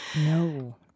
No